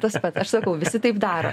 tas pats aš sakau visi taip daro